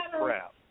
crap